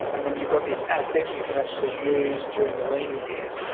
and then you've got this asset you can actually use during the lean years.